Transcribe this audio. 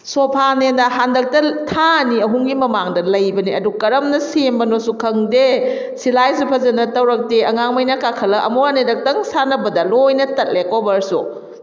ꯁꯣꯐꯥꯅꯦꯅꯥ ꯍꯟꯗꯛꯇ ꯊꯥ ꯑꯅꯤ ꯑꯍꯨꯝꯒꯤ ꯃꯃꯥꯡꯗ ꯂꯩꯕꯅꯦ ꯑꯗꯣ ꯀꯔꯝꯅ ꯁꯦꯝꯕꯅꯣꯁꯨ ꯈꯪꯗꯦ ꯁꯤꯂꯥꯏꯖꯨ ꯐꯖꯅ ꯇꯧꯔꯛꯇꯦ ꯑꯉꯥꯡꯈꯩꯅ ꯀꯥꯈꯠꯂꯒ ꯑꯃꯨꯛ ꯑꯅꯤꯔꯛꯇꯪ ꯁꯥꯟꯅꯕꯗ ꯂꯣꯏꯅ ꯇꯠꯂꯦ ꯀꯣꯕꯔꯁꯨ